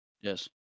Yes